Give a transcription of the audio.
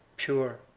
pure,